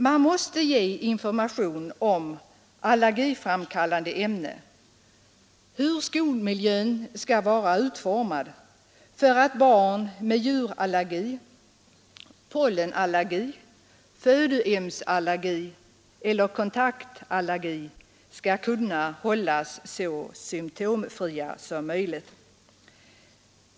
Man måste ge information om allergiframkallande ämnen, om hur bl.a. skolmiljön skall vara utformad för att barn med djurallergi, pollenallergi, födoämnesallergi eller kontaktallergi skall kunna hållas så symtomfria som möjligt.